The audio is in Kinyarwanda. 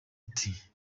ati